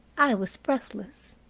i was breathless.